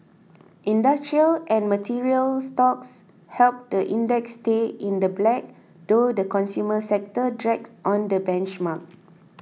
industrial and material stocks helped the index stay in the black though the consumer sector dragged on the benchmark